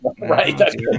Right